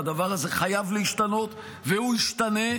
הדבר הזה חייב להשתנות והוא ישתנה,